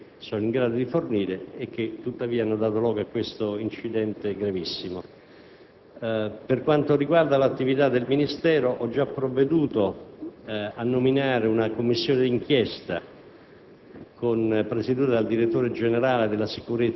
Per quanto riguarda l'attività del Ministero, sottolineo che ho già provveduto a nominare una commissione di inchiesta,